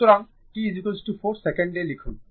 সুতরাং t 4 second লিখুন